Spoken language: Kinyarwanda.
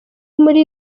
muri